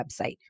website